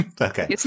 okay